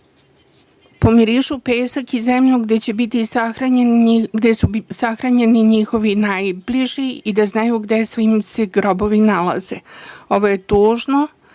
pomirišu pesak i zemlju gde su sahranjeni njihovi najbliži i da znaju gde im se grobovi nalaze. Ovo je tužno